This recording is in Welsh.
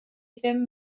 ddim